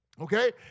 Okay